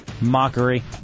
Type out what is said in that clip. mockery